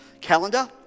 calendar